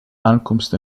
aankomst